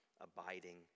abiding